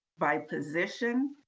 by position,